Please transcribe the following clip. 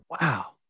Wow